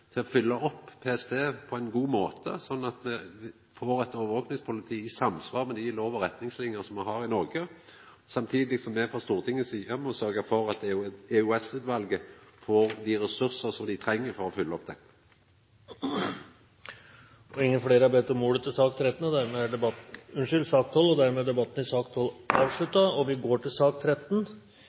til å følgja opp PST på ein god måte, sånn at me får eit overvakingspoliti i samsvar med dei lover og retningslinjer som me har i Noreg, samtidig som me frå Stortingets side må sørgja for at EOS-utvalet får dei ressursane som dei treng for å følgja opp det. Flere har ikke bedt om ordet til sak